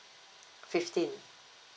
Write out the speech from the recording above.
fifteen